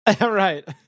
Right